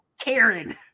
Karen